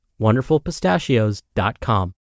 wonderfulpistachios.com